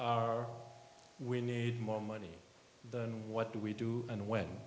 here we need more money than what we do and when